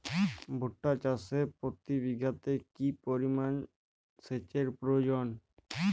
ভুট্টা চাষে প্রতি বিঘাতে কি পরিমান সেচের প্রয়োজন?